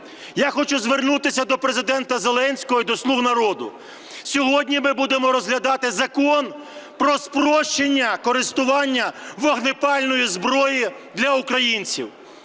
Я хочу звернутися до Президента Зеленського і до "Слуги народу". Сьогодні ми будемо розглядати Закон про спрощення користування вогнепальною зброєю для українців.